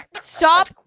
Stop